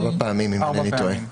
4 פעמים, אם אינני טועה.